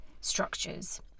structures